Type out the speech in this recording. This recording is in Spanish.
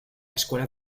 escuela